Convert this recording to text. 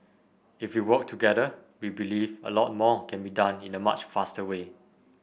if we work together we believe a lot more can be done in a much faster way